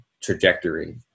trajectory